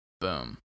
Boom